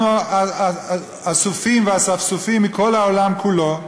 אנחנו אסופים ואספסופים מכל העולם כולו,